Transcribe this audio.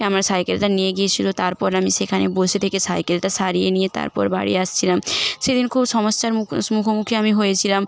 আমার সাইকেলটা নিয়ে গিয়েছিলো তারপর আমি সেখানে বসে থেকে সাইকেলটা সারিয়ে নিয়ে তারপর বাড়ি আসছিলাম সেদিন খুব সমস্যার মুক মুখোমুখি আমি হয়েছিলাম